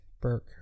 Burke